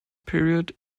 period